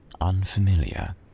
Unfamiliar